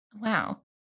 Wow